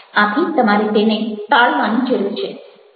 આથી તમારે તેને ટાળવાની જરૂર છે